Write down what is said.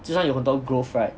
就算有很多 growth right